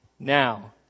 Now